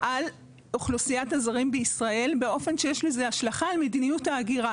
על אוכלוסיית הזרים בישראל באופן שיש לזה השלכה על מדיניות ההגירה.